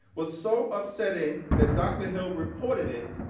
was so upsetting that dr. hill reported it